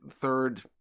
third